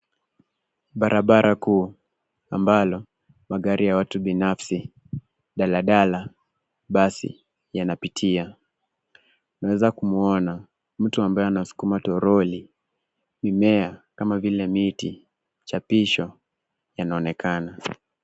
Barabara kuu, ambalo magari ya watu binafsi , daladala, basi, yanapitia. Tunaeza kumuona mtu ambaye anasukuma toroli. Mimea kama vile miti, chapisho yanaonekana.